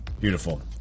Beautiful